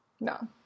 No